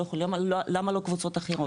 למה לא קבוצות אחרות?